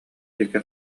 диэки